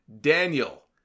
Daniel